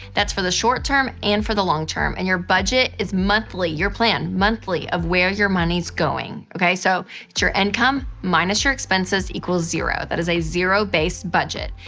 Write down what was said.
that's for the short term and for the long term. and your budget is monthly. your plan, monthly, of where your money's going, okay? so, it's your income minus your expenses equals zero. that is a zero-based budget.